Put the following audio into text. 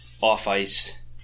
off-ice